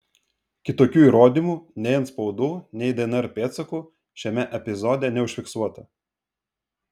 kitokių įrodymų nei atspaudų nei dnr pėdsakų šiame epizode neužfiksuota